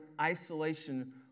isolation